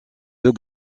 deux